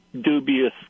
dubious